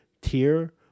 Tier